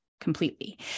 completely